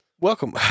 Welcome